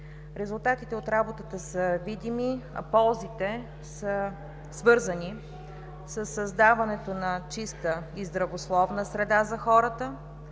Резултатите от работата са видими, а ползите са свързани със създаването на чиста и здравословна среда за хората,